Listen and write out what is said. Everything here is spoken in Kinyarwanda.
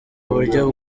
uburyo